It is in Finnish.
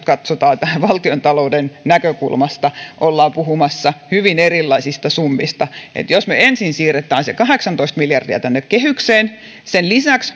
katsotaan valtiontalouden näkökulmasta ollaan puhumassa hyvin erilaisista summista että jos me ensin siirrämme sen kahdeksantoista miljardia tänne kehykseen ja sen lisäksi